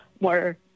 more